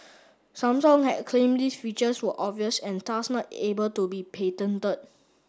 Samsung had claimed these features were obvious and thus not able to be patented